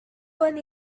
one